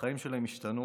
שהחיים שלהם ישתנו